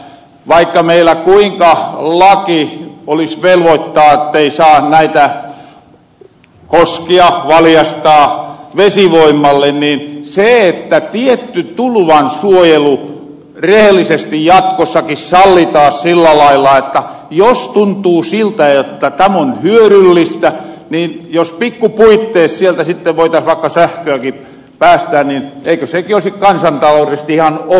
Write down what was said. vaikka meillä kuinka laki velvoittaas ettei saa näitä koskia valjastaa vesivoimalle niin tietty tulvasuojelu rehellisesti jatkossakin sallitaas sillä lailla että jos tuntuu siltä että tämä on hyöryllistä niin jos pikku puittees sieltä sitten voitas vaikka sähköäkin päästää niin sekin olisi kansantalourellisesti ihan okei